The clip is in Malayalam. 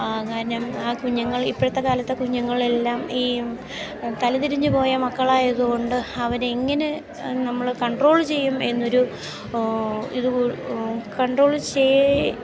ആ കാരണം ആ കുഞ്ഞുങ്ങൾ ഇപ്പോഴത്തെ കാലത്തെ കുഞ്ഞുങ്ങളെല്ലാം ഈ തലതിരിഞ്ഞു പോയ മക്കളായത് കൊണ്ട് അവരെ എങ്ങനെ നമ്മൾ കൺട്രോള് ചെയ്യും എന്ന ഒരു ഇത് കണ്ട്രോള്